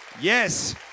Yes